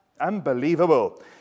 Unbelievable